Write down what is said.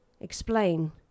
explain